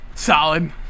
Solid